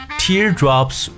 ，teardrops